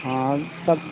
हाँ तब